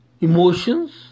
emotions